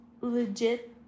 legit